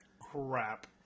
Crap